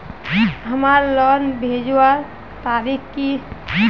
हमार लोन भेजुआ तारीख की?